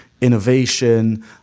innovation